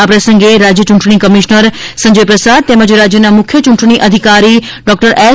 આ પ્રસંગે રાજ્ય ચૂંટણી કમિશનર સંજય પ્રસાદ તેમજ રાજ્યના મુખ્ય ચૂંટણી અધિકારી ડોક્ટર એસ